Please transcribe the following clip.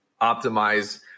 optimize